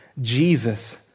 Jesus